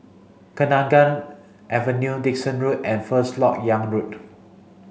Kenanga Avenue Dickson Road and First Lok Yang Road